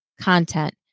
content